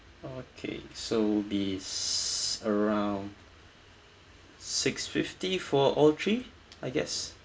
okay so it's around six fifty for all three I guess